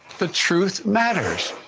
the truth matters.